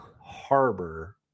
harbor